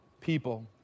people